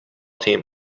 team